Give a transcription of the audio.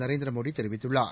நரேந்திரமோடிதெரிவித்துள்ளார்